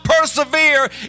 persevere